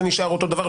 זה נשאר אותו דבר,